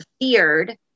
feared